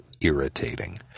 irritating